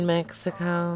Mexico